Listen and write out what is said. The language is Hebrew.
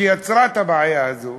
שיצרו את הבעיה הזאת.